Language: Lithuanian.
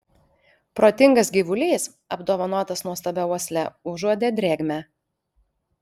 protingas gyvulys apdovanotas nuostabia uosle užuodė drėgmę